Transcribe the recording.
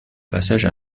passage